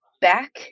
back